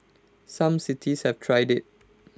some cities have tried IT